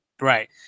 right